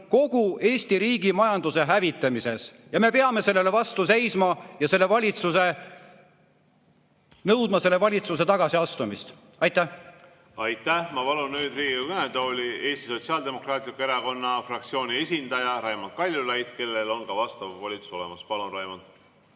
kogu Eesti riigi ja majanduse hävitamises. Me peame sellele vastu seisma ja nõudma selle valitsuse tagasiastumist. Aitäh! Aitäh! Ma palun nüüd Riigikogu kõnetooli Eesti Sotsiaaldemokraatliku Erakonna fraktsiooni esindaja Raimond Kaljulaidi, kellel on ka vastav volitus olemas. Palun, Raimond!